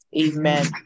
Amen